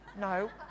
No